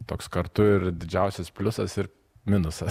toks kartu ir didžiausias pliusas ir minusas